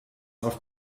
auf